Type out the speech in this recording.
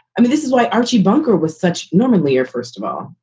i mean, this is why archie bunker was such norman lear, first of all.